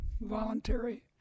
voluntary